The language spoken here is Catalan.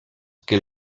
que